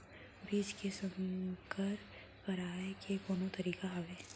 बीज के संकर कराय के कोनो तरीका हावय?